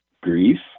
grief